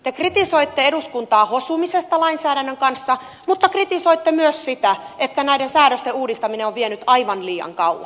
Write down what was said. te kritisoitte eduskuntaa hosumisesta lainsäädännön kanssa mutta kritisoitte myös sitä että näiden säädösten uudistaminen on vienyt aivan liian kauan